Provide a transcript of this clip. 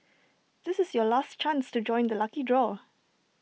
this is your last chance to join the lucky draw